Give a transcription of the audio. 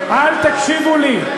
אל תקשיבו לי.